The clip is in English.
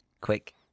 Quick